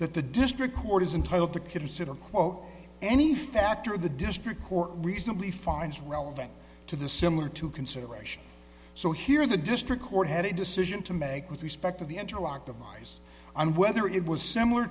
that the district court is entitle to consider quote any factor the district court reasonably finds relevant to the similar to consideration so here the district court had a decision to make with respect to the interlock of lies and whether it was similar